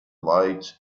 lights